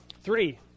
three